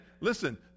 listen